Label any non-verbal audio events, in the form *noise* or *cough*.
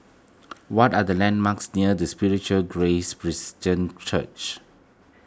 what are the landmarks near the Spiritual Grace *unintelligible* Church